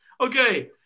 Okay